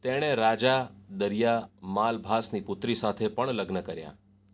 તેણે રાજા દરિયા માલભાસની પુત્રી સાથે પણ લગ્ન કર્યાં